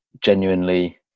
genuinely